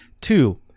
Two